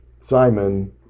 Simon